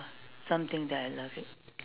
something that I love it